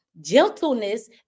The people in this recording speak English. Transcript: gentleness